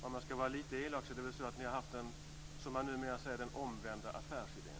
Om jag ska vara lite elak är det väl så att ni har haft den omvända affärsidén, som man numera säger.